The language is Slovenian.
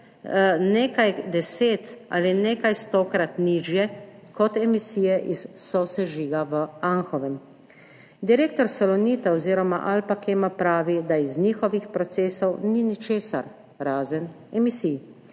nekaj deset- ali nekaj stokrat nižje kot emisije iz sosežiga v Anhovem. Direktor Salonita oziroma Alpacema pravi, da iz njihovih procesov ni ničesar, razen emisij,